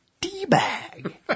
D-bag